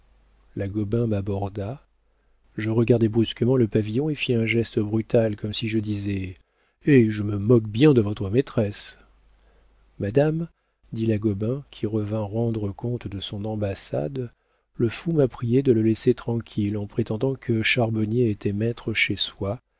la gobain m'aborda je regardai brusquement le pavillon et fis un geste brutal comme si je disais eh je me moque bien de votre maîtresse madame dit la gobain qui revint rendre compte de son ambassade le fou m'a priée de le laisser tranquille en prétendant que charbonnier était maître chez soi